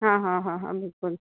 हा हा हा हा बिल्कुलु